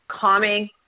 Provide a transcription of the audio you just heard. calming